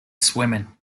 swimming